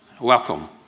Welcome